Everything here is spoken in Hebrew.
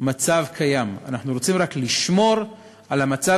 מצב קיים, אנחנו רוצים רק לשמור על המצב